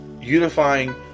unifying